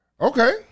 Okay